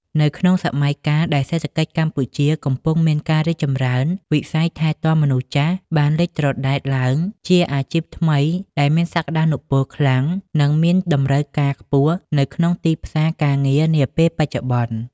នៅក្នុងសម័យកាលដែលសេដ្ឋកិច្ចកម្ពុជាកំពុងមានការរីកចម្រើន វិស័យថែទាំមនុស្សចាស់បានលេចត្រដែតឡើងជាអាជីពថ្មីដែលមានសក្តានុពលខ្លាំង និងមានតម្រូវការខ្ពស់នៅក្នុងទីផ្សារការងារនាពេលបច្ចុប្បន្ន។